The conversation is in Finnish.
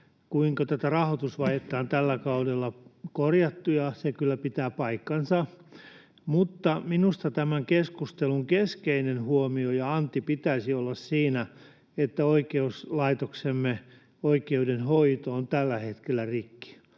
kuinka tätä rahoitusvajetta on tällä kaudella korjattu, ja se kyllä pitää paikkansa, mutta minusta tämän keskustelun keskeinen huomio ja anti pitäisi olla siinä, että oikeuslaitoksemme oikeudenhoito on tällä hetkellä rikki.